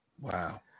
Wow